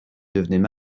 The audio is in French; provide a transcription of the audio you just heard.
devenaient